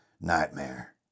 nightmare